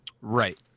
Right